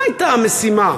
מה הייתה המשימה?